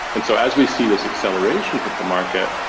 and so as we see this acceleration hit the market,